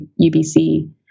UBC